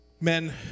men